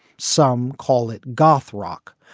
some call it goth rock.